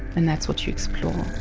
and that's what you explore.